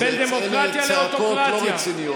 בין דמוקרטיה לאוטוקרטיה.